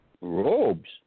robes